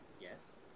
Yes